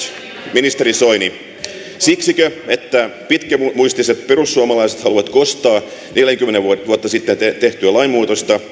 ministeri soini siksikö että pitkämuistiset perussuomalaiset haluavat kostaa neljäkymmentä vuotta sitten tehdyn lainmuutoksen